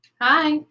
Hi